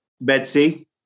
Betsy